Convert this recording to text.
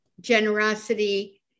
generosity